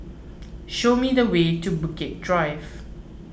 show me the way to Bukit Drive